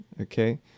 okay